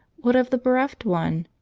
what of the bereft one?